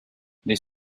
les